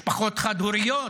משפחות חד-הוריות.